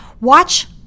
Watch